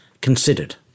considered